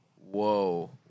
whoa